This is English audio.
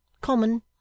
Common